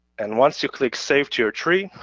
and once you click save to your tree,